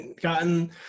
Gotten